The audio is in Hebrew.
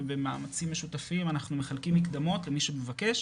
במאמצים משותפים אנחנו מחלקים מקדמות למי שמבקש.